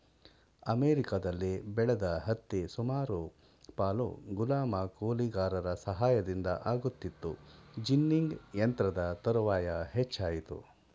ಅಮೆರಿಕದಲ್ಲಿ ಬೆಳೆದ ಹತ್ತಿ ಸುಮಾರು ಪಾಲು ಗುಲಾಮ ಕೂಲಿಗಾರರ ಸಹಾಯದಿಂದ ಆಗುತ್ತಿತ್ತು ಜಿನ್ನಿಂಗ್ ಯಂತ್ರದ ತರುವಾಯ ಹೆಚ್ಚಾಯಿತು